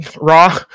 raw